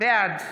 בעד